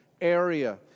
area